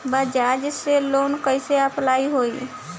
बजाज से लोन कईसे अप्लाई होई?